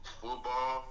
football